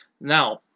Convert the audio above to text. Now